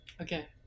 okay